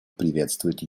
приветствуют